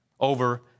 over